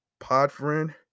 Podfriend